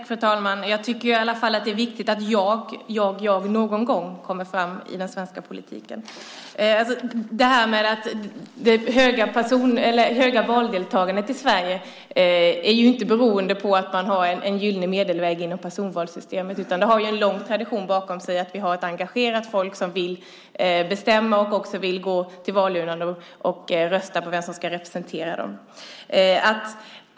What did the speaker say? Fru talman! Jag tycker i alla fall att det är viktigt att "jag" någon gång kommer fram i den svenska politiken. Det höga valdeltagandet i Sverige beror ju inte på att man har en gyllene medelväg inom personvalssystemet. Det har ju en lång tradition i att vi har ett engagerat folk som vill bestämma och gå till valurnorna och rösta på vem som ska representera dem.